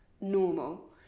normal